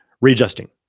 readjusting